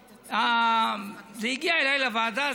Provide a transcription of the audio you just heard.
זה הגיע אליי לוועדה.